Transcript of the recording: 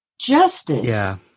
justice